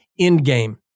endgame